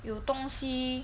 有东西